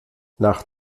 nach